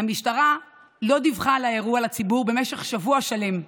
המשטרה לא דיווחה על האירוע לציבור במשך שבוע שלם.